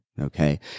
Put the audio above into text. Okay